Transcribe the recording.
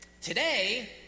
Today